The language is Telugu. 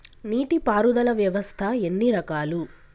నీటి పారుదల వ్యవస్థ ఎన్ని రకాలు?